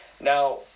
Now